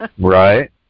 Right